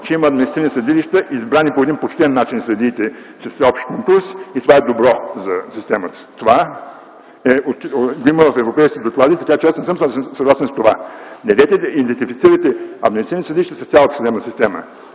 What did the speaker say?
че има административни съдилища, избрани по един почтен начин – съдиите, с всеобщ конкурс и това е добре за системата. Това го има в европейските доклади, така че аз не съм съгласен с това. Недейте да идентифицирате административните съдии с цялата съдебна система.